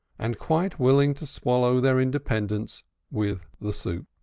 and quite willing to swallow their independence with the soup.